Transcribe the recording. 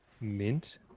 Mint